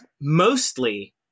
mostly